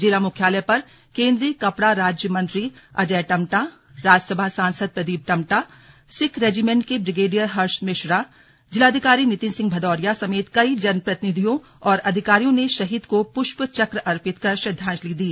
जिला मुख्यालय पर केन्द्रीय कपड़ा राज्य मंत्री अजय टम्टा राज्यसभा सांसद प्रदीप टम्टा सिख रेजीमेंट के ब्रिगेडियर हर्ष मिश्रा जिलाधिकारी नितिन सिंह भदौरिया समेत कई जनप्रतिनिधियों और अधिकारियों ने शहीद को पृष्पचक्र अर्पित कर श्रद्वांजलि दी